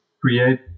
create